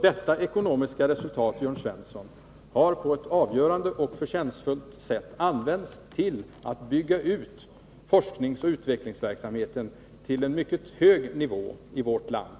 Detta ekonomiska resultat, Jörn Svensson, har på ett avgörande och förtjänstfullt sätt använts till att bygga ut forskningsoch utvecklingsverksamheten till en mycket hög nivå i vårt land.